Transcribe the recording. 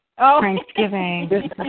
Thanksgiving